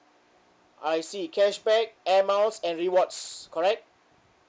I see cashback air miles and rewards correct